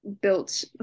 built